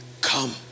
come